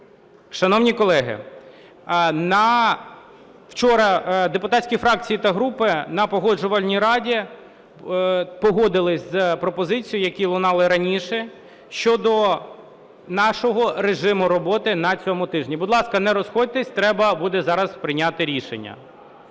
Шановні колеги, вчора депутатські фракції та групи на Погоджувальній раді погодились із пропозиціями, які лунали раніше, щодо нашого режиму роботи на цьому тижні. Будь ласка, не розходьтесь, треба буде зараз прийняти рішення.